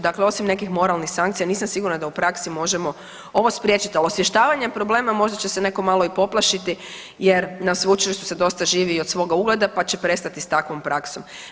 Dakle, osim nekih moralnih sankcija nisam sigurna da u praksi možemo ovo spriječiti, ali osvještavanjem problema možda će se netko malo i poplaštiti jer na sveučilištu se dosta živi i od svoga ugleda pa će prestati s takvom praksom.